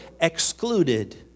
excluded